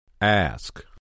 Ask